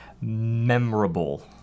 memorable